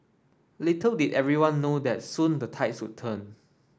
little did everyone know that soon the tides would turn